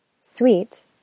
sweet